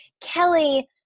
Kelly